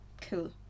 cool